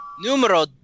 Numero